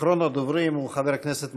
אחרון הדוברים הוא חבר הכנסת מלכיאלי,